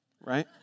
right